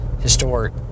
historic